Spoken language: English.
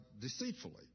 deceitfully